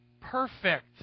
Perfect